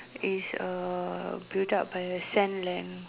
is uh built up by a sand land